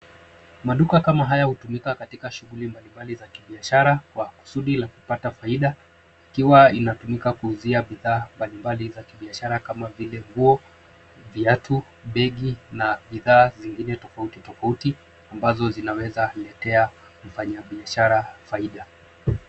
Maduka kama haya hutumika katika shughuli mbali mbali za kibiashara kwa kusudi la kupata faida, ikiwa inatumika kuuzia bidhaa mbali mbali za kibiashara kama vile nguo, viatu, begi, na bidhaa zingine tofauti tofauti, ambazo zinaweza letea mfanyibiashara faida.